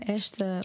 esta